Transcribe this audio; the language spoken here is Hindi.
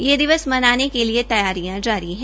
यह दिवस मनाने के लिए तैयारियां जारी है